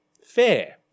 fair